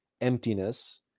emptiness